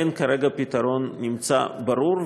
אין כרגע פתרון ברור,